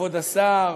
כבוד השר,